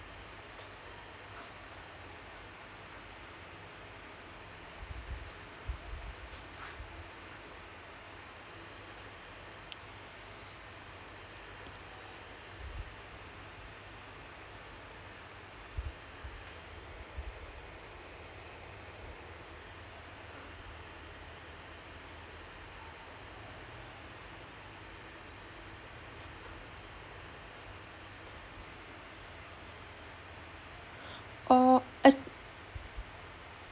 oh ac~